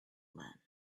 man